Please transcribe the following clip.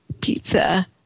pizza